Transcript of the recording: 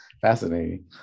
fascinating